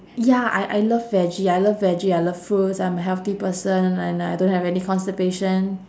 ya I I love veggie I love veggie I love fruits I'm a healthy person and I I don't have any constipation